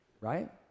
right